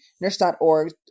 Nurse.org